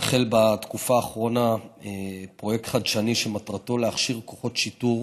החל בתקופה האחרונה פרויקט חדשני שמטרתו להכשיר כוחות שיטור